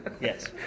Yes